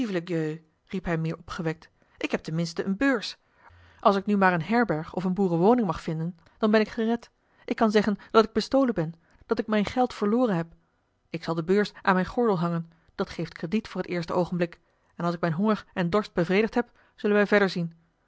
meer opgewekt ik heb ten minste eene beurs als ik nu maar een herberg of eene boerenwoning mag vinden dan ben ik gered ik kan zeggen dat ik bestolen ben dat ik mijn geld verloren heb ik zal de beurs aan mijn gordel hangen dat geeft krediet voor het eerste oogenblik en als ik mijn honger en dorst bevredigd heb zullen wij verder zien